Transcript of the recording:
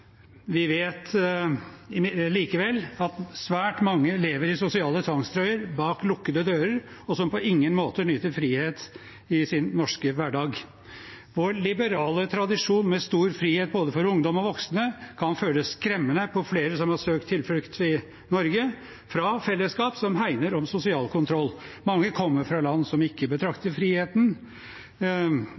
Vi vet likevel at svært mange lever i sosiale tvangstrøyer bak lukkede dører, og de nyter på ingen måte frihet i sin norske hverdag. Vår liberale tradisjon med stor frihet både for ungdom og for voksne, kan føles skremmende på flere som har søkt tilflukt i Norge, fra fellesskap som hegner om sosial kontroll. Mange kommer fra land som ikke betrakter friheten